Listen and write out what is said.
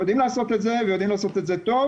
אנחנו יודעים לעשות את זה ולעשות את זה טוב,